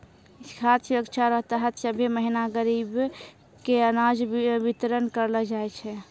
खाद सुरक्षा रो तहत सभ्भे महीना गरीब के अनाज बितरन करलो जाय छै